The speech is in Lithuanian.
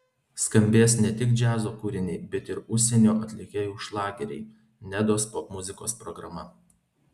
skambės ne tik džiazo kūriniai bet ir užsienio atlikėjų šlageriai nedos popmuzikos programa